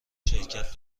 شرکت